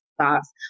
thoughts